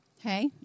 Hey